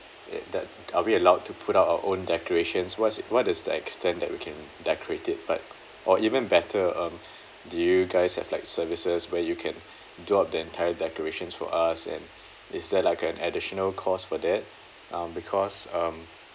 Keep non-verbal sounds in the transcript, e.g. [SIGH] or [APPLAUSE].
eh that are we allowed to put up our own decorations what's it what is the extent that we can decorate it like or even better um [BREATH] do you guys have like services where you can do up the entire decorations for us and is there like an additional cost for that um because um